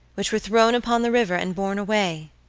which were thrown upon the river and borne away,